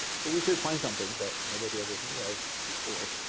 so we should find something that nobody ever knew of before.